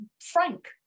frank